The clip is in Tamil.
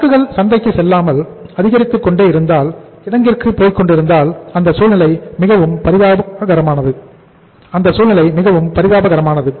சரக்குகள் சந்தைக்கு செல்லாமல் அதிகரித்துக்கொண்டிருந்தால் கிடங்கிற்கு போய்க்கொண்டு இருந்தால் அந்த சூழ்நிலை மிகவும் பரிதாபகரமானது